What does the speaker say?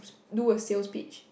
do a sales pitch